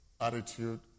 attitude